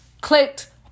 Clicked